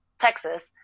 texas